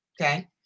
Okay